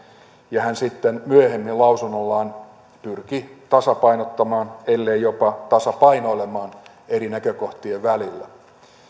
ja hän sitten myöhemmin lausunnollaan pyrki tasapainottamaan keskustelua ellei jopa tasapainoilemaan eri näkökohtien välillä